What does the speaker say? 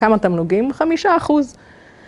כמה תמלוגים? 5%